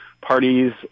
parties